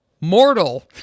mortal